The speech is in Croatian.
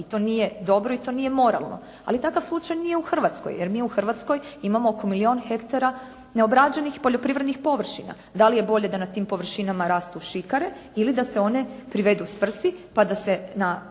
i to nije dobro i to nije moralno. Ali takav slučaj nije u Hrvatskoj jer mi u Hrvatskoj imamo oko milijun hektara neobrađenih poljoprivrednih površina. Da li je bolje da na tim površinama rastu šikare ili da se one privedu svrsi pa da se na